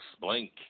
Blink